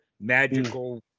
Magical